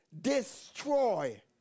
destroy